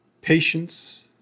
patience